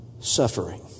Suffering